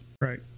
right